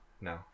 No